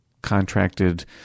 contracted